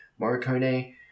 Morricone